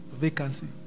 Vacancy